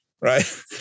right